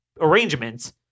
arrangements